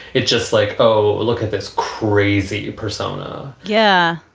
it's just like, oh, look at this crazy persona yeah.